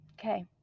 Okay